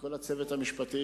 וכל הצוות המשפטי,